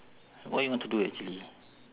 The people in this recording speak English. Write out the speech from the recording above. what you want to do actually